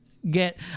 get